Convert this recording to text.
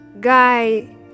guy